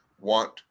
want